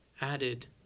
added